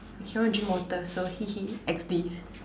I cannot drink water so hee hee X_D